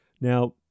Now